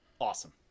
awesome